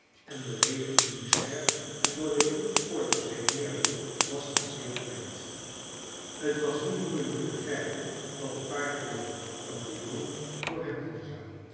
en de regen die nu scherp en door den wind voortgezweept neerviel was met sneeuw vermengd t was niet moeilijk te begrijpen wat het paard wilde dat de jongen voor hem doen zou